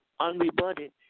unrebutted